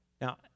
Now